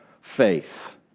faith